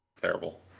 terrible